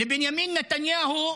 לבנימין נתניהו,